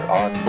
on